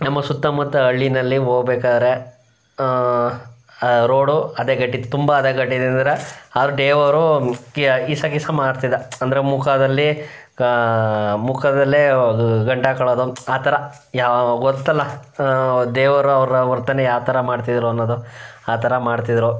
ನಮ್ಮ ಸುತ್ತಮುತ್ತ ಹಳ್ಳಿನಲ್ಲಿ ಹೋಬೇಕಾರೆ ಆ ರೋಡು ಹದಗೆಟ್ಟಿತ್ ತುಂಬ ಹದಗೆಟ್ಟಿದಿದಿರ ಆ ಡೇವರು ಕಿಯಾ ಕಿಸಕಿಸ ಮಾಡ್ತಿದ್ದ ಅಂದರೆ ಮುಖದಲ್ಲಿ ಮುಖದಲ್ಲೇ ಗಂಟಾಕ್ಕೊಳ್ಳೋದು ಆ ಥರ ಯಾ ಗೊತ್ತಲ್ವ ದೇವರು ಅವರ ವರ್ತನೆ ಯಾವ ಥರ ಮಾಡ್ತಿದ್ದರು ಅನ್ನೋದು ಆ ಥರ ಮಾಡ್ತಿದ್ದರು